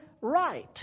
right